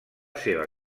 seva